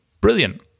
Brilliant